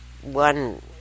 one